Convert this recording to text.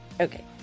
Okay